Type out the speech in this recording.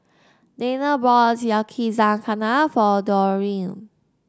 Danae bought Yakizakana for Dereon